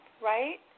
right